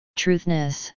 truthness